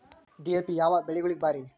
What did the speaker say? DAP ಯಾವ ಬೆಳಿಗೊಳಿಗ ಭಾರಿ?